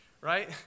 right